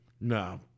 No